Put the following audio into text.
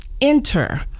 enter